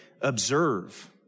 observe